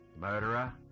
murderer